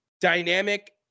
dynamic